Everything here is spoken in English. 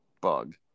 bug